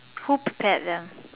who prepared them